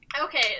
okay